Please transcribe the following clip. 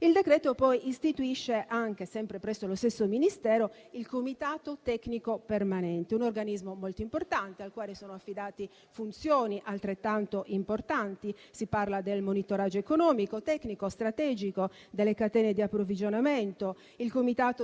Il decreto-legge poi istituisce sempre presso lo stesso Ministero il Comitato tecnico permanente, un organismo molto importante, al quale sono affidate funzioni altrettanto importanti: si parla del monitoraggio economico, tecnico e strategico delle catene di approvvigionamento;